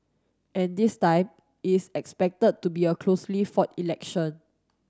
and this time is expected to be a closely fought election